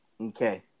Okay